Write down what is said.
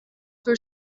für